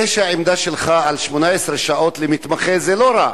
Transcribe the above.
זה שהעמדה שלך היא על 18 שעות למתמחה, זה לא רע,